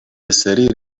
السرير